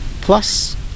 Plus